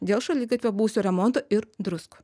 dėl šaligatvio buvusio remonto ir druskų